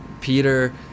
Peter